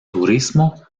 turismo